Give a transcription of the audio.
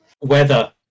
weather